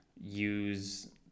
use